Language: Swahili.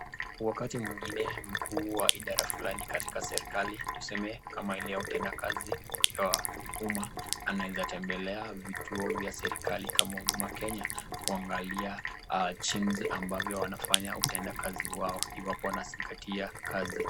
Wakati mwingine mkuu wa idara fulani katika serikali, tuseme kama ile ya utendakazi ya umma anaweza tembelea vituo za serikali kama huduma kenya, kuangalia jinsi ambavyo wanafanya utendakazi wao iwapo wanazingatia kazi.